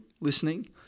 listening